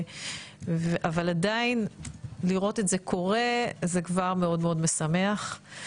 אבל עדיין לראות את זה קורה זה כבר מאוד משמח.